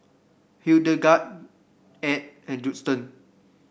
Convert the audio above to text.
Hildegard Edd and Judson